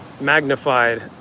magnified